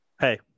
Hey